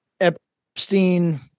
Epstein